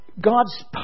God's